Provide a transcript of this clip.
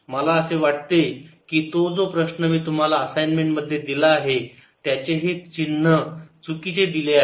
मला असे वाटते की तो जो प्रश्न मी तुम्हाला असाइन्मेंट मध्ये दिला आहे त्याचे हे चिन्ह चुकीचे दिले आहे